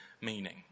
meaning